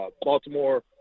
Baltimore